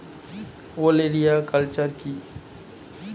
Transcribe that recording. ওলেরিয়া কালচার কি?